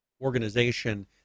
organization